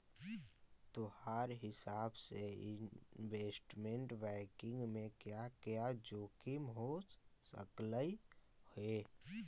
तोहार हिसाब से इनवेस्टमेंट बैंकिंग में क्या क्या जोखिम हो सकलई हे